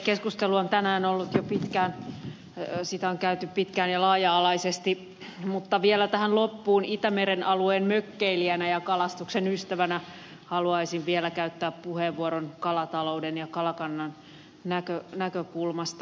keskustelua on tänään ollut jo pitkään sitä on käyty pitkään ja laaja alaisesti mutta vielä tähän loppuun itämeren alueen mökkeilijänä ja kalastuksen ystävänä haluaisin käyttää puheenvuoron kalatalouden ja kalakannan näkökulmasta